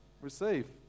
receive